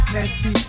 Nasty